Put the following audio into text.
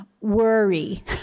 worry